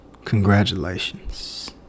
Congratulations